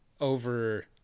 over